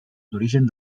d’origen